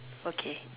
okay